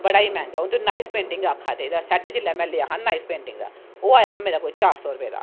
बड़ा ई मैंह्गा हून तुस नाईफ पेंटिंग आक्खा दे एह्दा सैट्ट जिसलै में लेआ हा नाईफ पेंटिंग दा ओह् आया हा मेरा कोई चार सौ रपे दा